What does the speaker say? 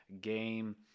game